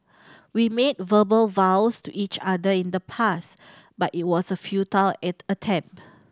we made verbal vows to each other in the past but it was a futile attempt